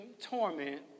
torment